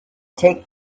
take